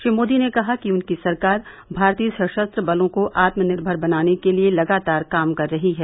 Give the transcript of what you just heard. श्री मोदी ने कहा कि उनकी सरकार भारतीय सशस्त्र बलों को आत्मनिर्भर बनाने के लिए लगातार काम कर रही है